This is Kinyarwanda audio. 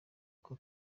ako